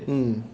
mm